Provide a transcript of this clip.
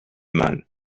mâle